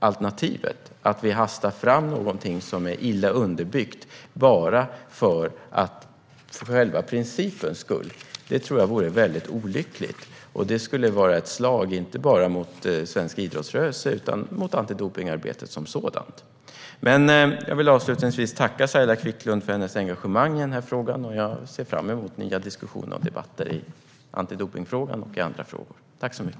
Alternativet, att vi hastar fram någonting som är illa underbyggt bara för principens skull, tror jag vore väldigt olyckligt. Det skulle vara ett slag, inte bara mot svensk idrottsrörelse utan också mot antidopningsarbetet som sådant. Avslutningsvis vill jag tacka Saila Quicklund för hennes engagemang i den här frågan, och jag ser fram emot nya diskussioner och debatter i antidopningsfrågan och i andra frågor. Tack så mycket!